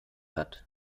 hat